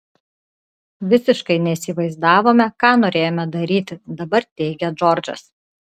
visiškai neįsivaizdavome ką norėjome daryti dabar teigia džordžas